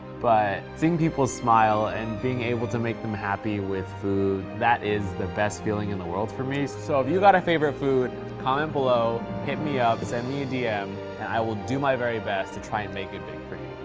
but seeing people smile and being able to make them happy with food, that is the best feeling in the world for me. so if you got a favorite food comment below, hit me up, send me a dm, and i will do my very best to try and make it big for you.